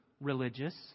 religious